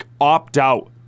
opt-out